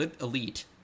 elite